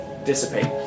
Dissipate